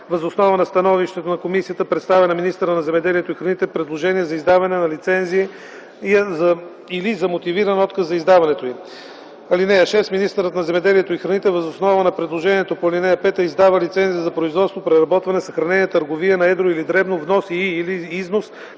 въз основа на становището на комисията представя на министъра на земеделието и храните предложение за издаване на лицензия или за мотивиран отказ за издаването й. (6) Министърът на земеделието и храните въз основа на предложението по ал. 5 издава лицензия за производство, преработване, съхранение, търговия на едро или дребно, внос и/или износ